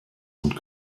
und